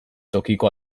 tokiko